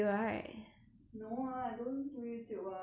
no ah I don't do youtube ah I only like